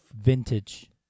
Vintage